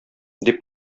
дип